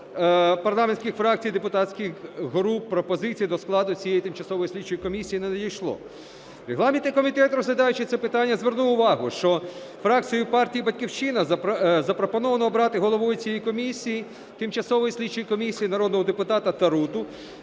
парламентських фракцій і депутатських груп пропозицій до складу цієї Тимчасової слідчої комісії не надійшло. Регламентний комітет, розглядаючи це питання, звернув увагу, що фракцією партії "Батьківщина" запропоновано обрати головою цієї комісії, Тимчасової слідчої комісії, народного депутата Таруту,